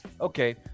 okay